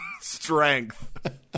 strength